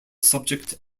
subject